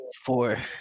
Four